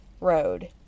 road